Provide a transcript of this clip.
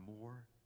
more